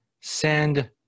Send